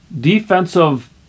defensive